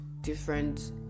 different